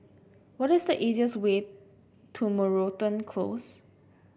what is the easiest way to Moreton Close